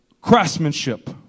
craftsmanship